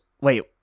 wait